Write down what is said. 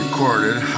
Recorded